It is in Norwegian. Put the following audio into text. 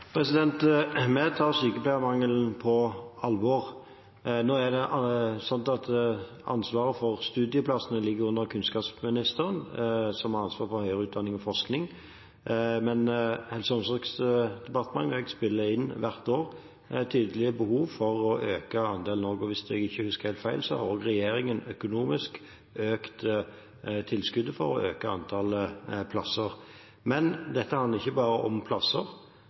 Vi tar sykepleiermangelen på alvor. Ansvaret for studieplassene ligger under kunnskapsministeren, som har ansvar for høyere utdanning og forskning, men Helse- og omsorgsdepartementet og jeg spiller hvert år inn tydelige behov for å øke andelen. Hvis jeg ikke husker feil, har også regjeringen økonomisk økt tilskuddet for å øke antall plasser. Men dette handler ikke bare om plasser;